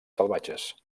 salvatges